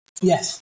Yes